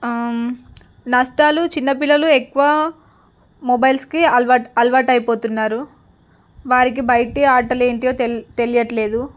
నష్టాలు చిన్నపిల్లలు ఎక్కువ మొబైల్స్కి అలవా అలవాటు అయిపోతున్నారు వారికి బయట ఆటలేంటో తె తెలియడం లేదు